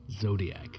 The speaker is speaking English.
zodiac